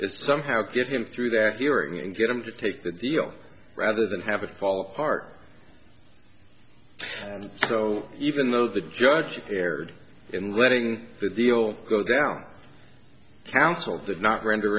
is somehow get him through that hearing and get him to take the deal rather than have it fall apart and so even though the judge erred in letting the deal go down council does not render